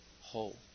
whole